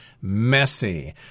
messy